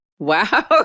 wow